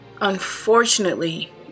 unfortunately